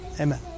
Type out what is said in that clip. Amen